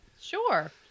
Sure